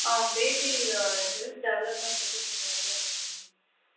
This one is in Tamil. ஆ பேபி ஹெல்த் டெவலப்மெண்ட் பற்றி கொஞ்சம் ஒர்ரியாக இருக்குது மேம்